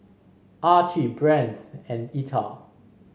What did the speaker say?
Archie Brandt and Etta